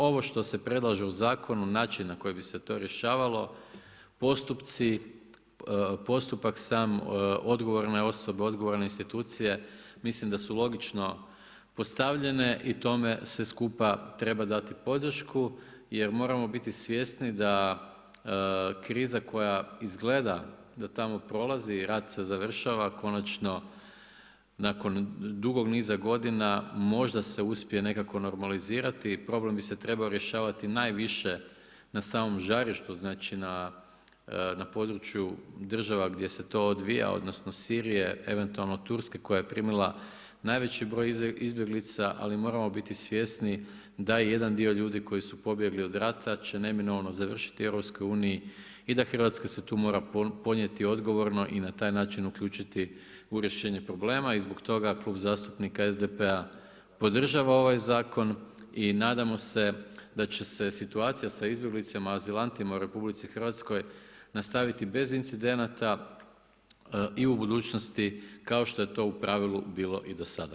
Ovo što se predlaže u zakonu, način na koji bi se to rješavalo, postupci, postupak sam odgovorne osobe, odgovorne institucije mislim da su logično postavljene i tome sve skupa treba dati podršku jer moramo biti svjesni da kriza koja izgleda da tamo prolazi i rat se završava konačno nakon dugog niza godina možda se uspije nekako normalizirati, problem bi se trebao rješavati najviše na samom žarištu, znači na području država gdje se to odvija odnosno Sirije, eventualno Turske koja je primila najveći broj izbjeglica ali moramo biti svjesni da je jedan ljudi koji su pobjegli od rata će neminovno završiti u Europskoj uniji i da Hrvatska se tu mora ponijeti odgovorno i na taj način uključiti u rješenje problema i zbog toga Klub zastupnika SDP-a podržava ovaj zakon i nadamo se da će se situacija sa izbjeglicama azilantima u Republici Hrvatskoj nastaviti bez incidenata i u budućnosti kao što je to u pravilu bilo i do sada.